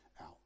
out